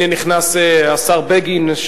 הנה נכנס השר בגין,